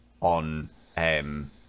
on